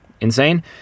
insane